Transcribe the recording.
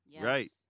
right